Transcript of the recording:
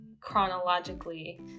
chronologically